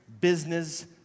business